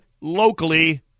locally